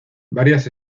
varias